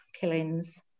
killings